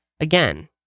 Again